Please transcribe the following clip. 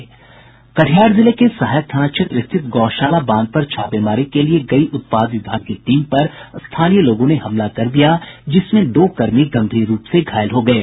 कटिहार जिले के सहायक थाना क्षेत्र स्थित गौशाला बांध पर छापेमारी के लिए गयी उत्पाद विभाग की टीम पर स्थानीय लोगों ने हमला कर दिया जिसमें दो कर्मी गंभीर रूप से घायल हो गये